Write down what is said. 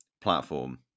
platform